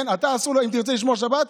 אתה, אם תרצה לשמור שבת,